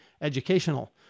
educational